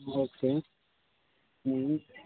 okay